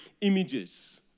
images